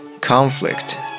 Conflict